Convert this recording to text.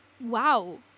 Wow